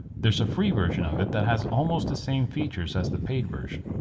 there's a free version of it that has almost the same features as the paid version.